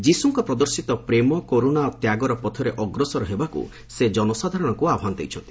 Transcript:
ଯୀଶୁଙ୍କ ପ୍ରଦର୍ଶିତ ପ୍ରେମ କରୁଣା ଓ ତ୍ୟାଗର ପଥରେ ଅଗ୍ରସର ହେବାକୁ ସେ ଜନସାଧାରଣଙ୍କୁ ଆହ୍ବାନ ଦେଇଛନ୍ତି